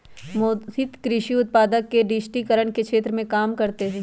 मोहित कृषि उत्पादक के डिजिटिकरण के क्षेत्र में काम करते हई